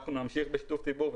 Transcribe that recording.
אנחנו נמשיך בשיתוף הציבור.